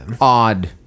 odd